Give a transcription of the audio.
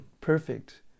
perfect